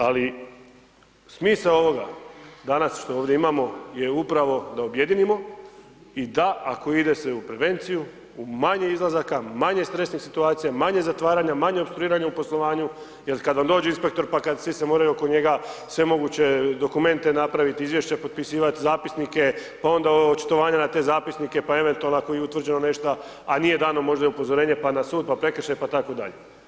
Ali, smisao ovoga, danas što ovdje imamo je upravo da objedinimo i DA ako ide se u prevenciju, u manje izlazaka, manje stresnih situacija, manje zatvaranja, manje opstruiranja u poslovanju jer kad vam dođe inspektor pa kad svi se moraju oko njega, sve moguće dokumente napraviti, izvješća potpisivati, zapisnike, pa onda očitovanja na te zapisnike, pa eventualno ako je i utvrđeno nešta, a nije dano, možda je upozorenje pa na sud, pa prekršaj, pa tako dalje.